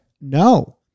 No